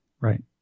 Right